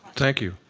thank you.